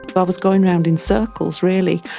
but i was going around in circles really,